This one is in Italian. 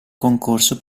concorso